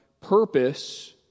purpose